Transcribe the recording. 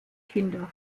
kinder